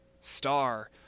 star